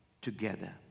together